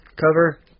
Cover